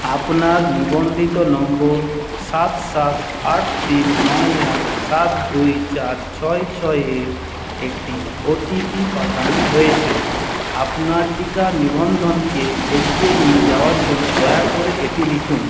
আপনার নিবন্ধিত নম্বর সাত সাত আট তিন নয় আট সাত দুই চার ছয় ছয় এ একটি ওটিপি পাঠানো হয়েছে আপনার টিকা নিবন্ধনকে এগিয়ে নিয়ে যাওয়ার জন্য দয়া করে এটি লিখুন